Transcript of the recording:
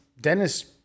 Dennis